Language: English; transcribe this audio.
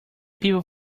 people